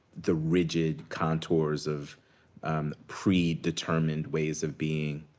the rigid contours of pre-determined ways of being.